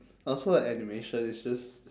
I also like animation it's just